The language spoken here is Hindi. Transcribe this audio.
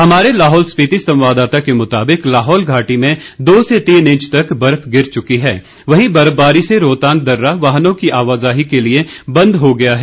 हमारे लाहौल स्पीति संवाददाता के मुताबिक लाहौल घाटी में दो से तीन इंच तक बर्फ गिर चुकी है वहीं बर्फबारी से रोहतांग दर्रा वाहनों की आवाजाही के लिए बंद हो गया है